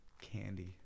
Candy